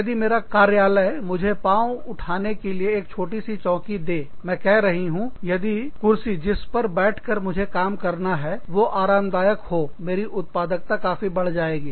यदि मेरा कार्यालय मुझे पाँव ऊपर उठाने के लिए एक छोटी सी चौकी दे मैं कह रही हूँ यदि कुर्सी जिस पर बैठकर मुझे काम करना है तो आरामदायक हो मेरी उत्पादकता काफी बढ़ जाएगी